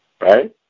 Right